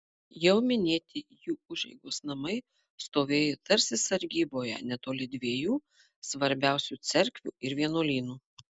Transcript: jau minėti jų užeigos namai stovėjo tarsi sargyboje netoli dviejų svarbiausių cerkvių ir vienuolynų